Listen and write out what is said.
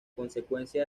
consecuencia